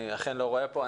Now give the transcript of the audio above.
אני אכן לא רואה פה.